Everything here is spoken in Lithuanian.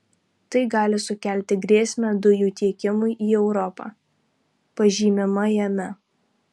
tai gali sukelti grėsmę dujų tiekimui į europą pažymima jame